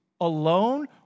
alone